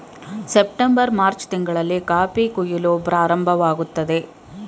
September March ತಿಂಗಳಲ್ಲಿ coffee ಕುಯಿಲು ಪ್ರಾರಂಭವಾಗುತ್ತದೆ